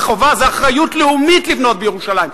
זו אחריות לאומית לבנות בירושלים.